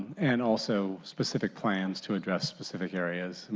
and also, specific plans to address specific areas.